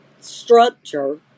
structure